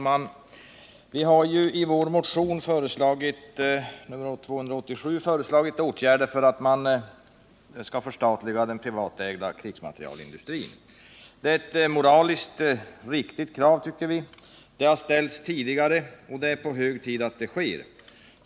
Herr talman! Vi har i vår motion 287 föreslagit åtgärder för ett förstatligande av den privatägda krigsmaterielindustrin. Det är ett moraliskt riktigt krav, tycker vi. Det har ställts tidigare, och det är hög tid att förstatligandet sker.